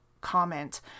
comment